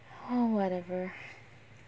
oh whatever